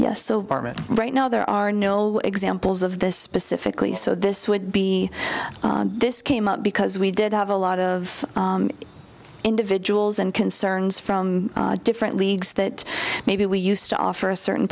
harmon right now there are no examples of this specifically so this would be this came up because we did have a lot of individuals and concerns from different leagues that maybe we used to offer a certain